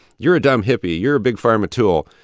you're a dumb hippie, you're a big pharma tool,